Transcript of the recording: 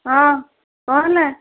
ହଁ କ'ଣ ହେଲା